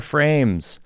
Frames